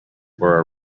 were